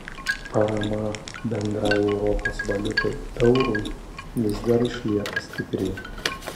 parama bendrai europos valiutai eurui vis dar išlieka stipri